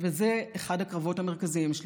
וזה אחד הקרבות המרכזיים שלי.